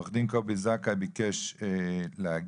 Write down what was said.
עורך דין קובי זכאי ביקש להגיב